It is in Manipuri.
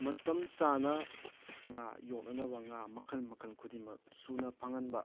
ꯃꯇꯝ ꯆꯥꯅ ꯉꯥ ꯌꯣꯛꯅꯅꯕ ꯉꯥ ꯃꯈꯜ ꯃꯈꯜ ꯈꯨꯗꯤꯡꯃꯛ ꯁꯨꯅ ꯐꯪꯍꯟꯕ